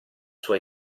sua